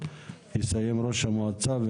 התחילו בהליך הזה בשנות ה-80,